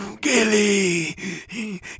Gilly